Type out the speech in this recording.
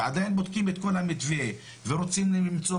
ועדיין בודקים את כל המתווה ורוצים למצוא